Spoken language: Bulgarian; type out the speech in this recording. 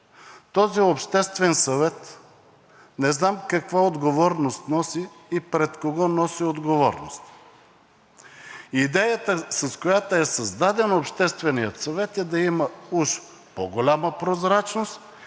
този обществен съвет не знам каква отговорност носи и пред кого носи отговорност. Идеята, с която е създаден Общественият съвет, е да има уж по-голяма прозрачност